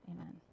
amen